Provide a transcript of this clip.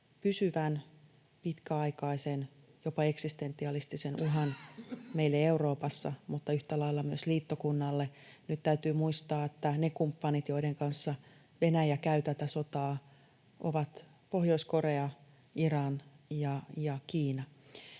pysyvän, pitkäaikaisen, jopa eksistentialistisen uhan meille Euroopassa mutta yhtä lailla myös liittokunnalle. Nyt täytyy muistaa, että ne kumppanit, joiden kanssa Venäjä käy tätä sotaa, ovat Pohjois-Korea, Iran ja Kiina.